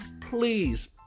please